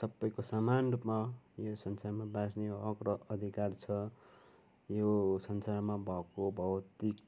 सबैको समान रूपमा यो संसारमा बाँच्ने हक र अधिकार छ यो संसारमा भएको भौतिक